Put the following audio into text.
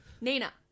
Nina